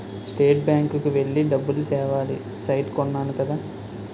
state bank కి వెళ్లి డబ్బులు తేవాలి సైట్ కొన్నాను కదా